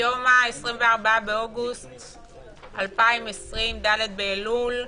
היום ה-24 באוגוסט 2020, ד' באלול.